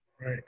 Right